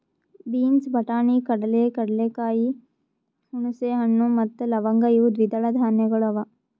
beans, ಬಟಾಣಿ, ಕಡಲೆ, ಕಡಲೆಕಾಯಿ, ಹುಣಸೆ ಹಣ್ಣು ಮತ್ತ ಲವಂಗ್ ಇವು ದ್ವಿದಳ ಧಾನ್ಯಗಳು ಅವಾ